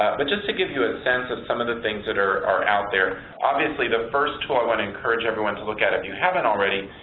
but just to give you a sense of some of the things that are are out there, obviously the first two i want to encourage everyone to look at, if you haven't already,